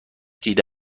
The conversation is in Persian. دیده